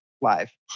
live